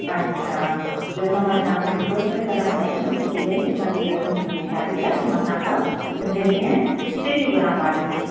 अछा ॿियो त मां तव्हांखां रिक्वैस्ट करणु चाहींदमि त कि भई असांजे घर में थोरी शादी आहे त मां तव्हांखां पंज ॾींहं छुटी थी घुरांव ॿार जी